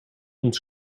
ons